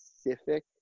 specific